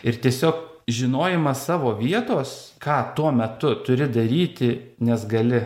ir tiesiog žinojimas savo vietos ką tuo metu turi daryti nes gali